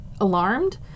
alarmed